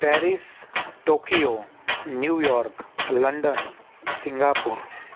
Paris Tokyo New York London Singapore